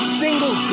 single